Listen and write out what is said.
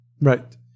right